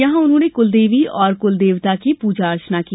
यहां उन्होंने कुलदेवी और कुलदेवता की पूजन की